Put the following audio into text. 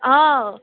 অঁ